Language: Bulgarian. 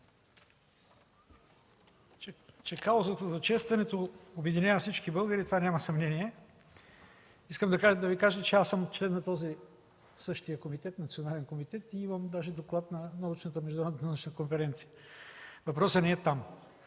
Че каузата за честването обединява всички българи – в това няма съмнение. Искам да Ви кажа, че аз съм член на същия този национален комитет и имам даже доклад на международната научна конференция. Въпросът не е там.